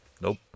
Nope